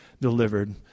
delivered